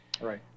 Right